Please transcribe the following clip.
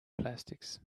plastics